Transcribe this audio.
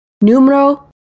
Numero